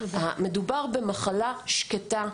מדובר במחלה שקטה,